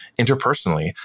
interpersonally